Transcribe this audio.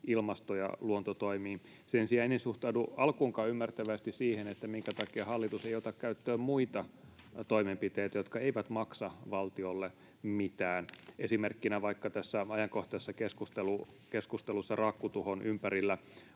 ilmasto- ja luontotoimiin. Sen sijaan en suhtaudu alkuunkaan ymmärtäväisesti siihen, minkä takia hallitus ei ota käyttöön muita toimenpiteitä, jotka eivät maksa valtiolle mitään. Esimerkkinä vaikka tässä ajankohtaisessa keskustelussa raakkutuhon ympärillä